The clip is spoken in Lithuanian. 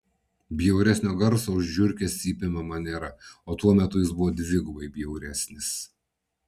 bjauresnio garso už žiurkės cypimą man nėra o tuo metu jis buvo dvigubai bjauresnis